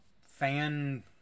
fan